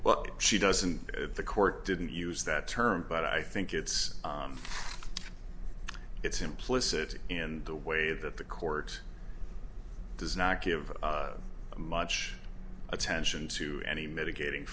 what she does and the court didn't use that term but i think it's it's implicit in the way that the court does not give much attention to any mitigating